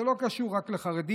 זה לא קשור רק לחרדים.